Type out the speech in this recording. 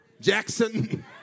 Jackson